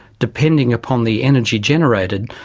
depending upon the energy generated,